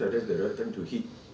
that's the right time to hit